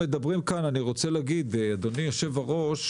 אדוני היושב-ראש,